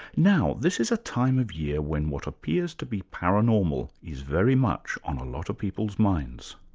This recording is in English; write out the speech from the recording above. now, this is a time of year when what appears to be paranormal is very much on a lot of people's minds,